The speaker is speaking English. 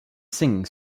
singing